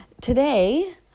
today